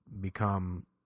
become